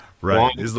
Right